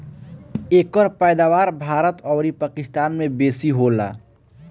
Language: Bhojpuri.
एकर पैदावार भारत अउरी पाकिस्तान में बेसी होला